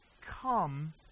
Come